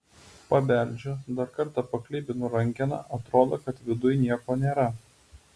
pabeldžiu dar kartą paklibinu rankeną atrodo kad viduj nieko nėra